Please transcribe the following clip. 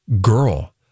Girl